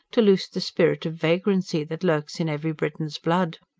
to loose the spirit of vagrancy that lurks in every briton's blood.